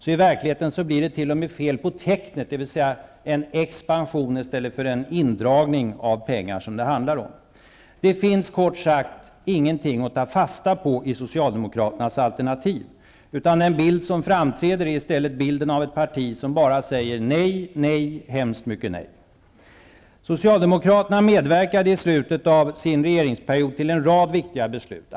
I verkligheten blir det t.o.m. fel på tecknet, dvs. en expansion i stället för en indragning av pengar som det handlar om. Det finns kort sagt ingenting att ta fasta på i Socialdemokraternas alternativ, utan den bild som framträder är i stället bilden av ett parti som bara säger nej, nej, hemskt mycket nej. Socialdemokraterna medverkade i slutet av sin regeringsperiod till en rad viktiga beslut.